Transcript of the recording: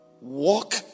walk